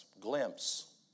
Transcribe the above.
glimpse